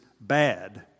bad